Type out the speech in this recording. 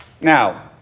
Now